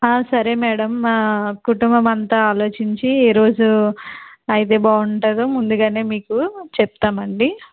సరే మేడం మా కుటుంబం అంతా అలోచించి ఏ రోజు అయితే బాగుంటుందో ముందుగానే మీకు చెప్తామండి